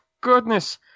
goodness